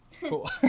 Cool